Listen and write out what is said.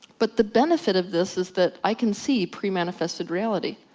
but the benefit of this is that i can see pre manifested reality.